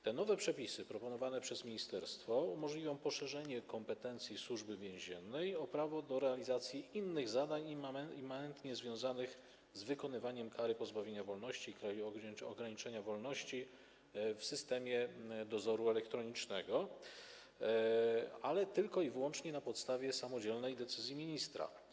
Te nowe przepisy proponowane przez ministerstwo umożliwią poszerzenie kompetencji Służby Więziennej o prawo do realizacji innych zadań immanentnie związanych z wykonywaniem kary pozbawienia wolności i kary ograniczenia wolności w systemie dozoru elektronicznego, ale tylko i wyłącznie na podstawie samodzielnej decyzji ministra.